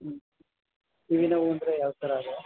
ಹ್ಞೂ ಕಿವಿ ನೋವು ಅಂದರೆ ಯಾವ ಥರ ಅದು